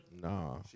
Nah